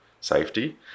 safety